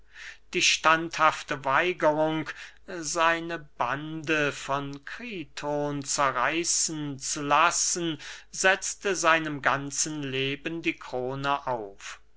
die standhafte weigerung seine bande von kriton zerreißen zu lassen setzte seinem ganzen leben die krone auf